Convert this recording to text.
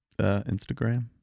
Instagram